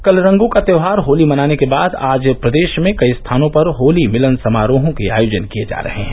कल रंगों का त्यौहार होली मनाने के बाद आज प्रदेश में कई स्थानों पर होली मिलन समारोहों के आयोजन किये जा रहे हैं